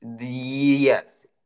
yes